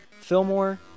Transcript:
Fillmore